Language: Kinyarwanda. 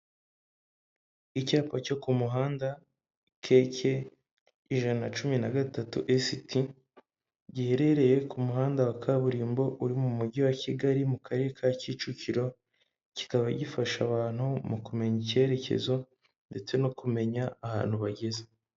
Icyapa cyo ku muhanda kk ijana cumi na gatatu esiti, giherereye ku muhanda wa kaburimbo uri mu Mujyi wa Kigali mu Karere ka Kicukiro, kikaba gifasha abantu mu kumenya icyerekezo ndetse no kumenya ahantu bageze.